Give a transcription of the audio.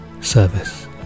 service